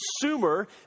consumer